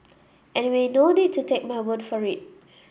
anyway no need to take my word for it